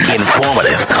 informative